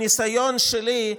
מהניסיון שלי,